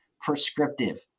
prescriptive